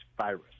virus